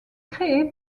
créé